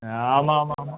ஆ ஆமாமாம் ஆமாம்